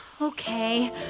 Okay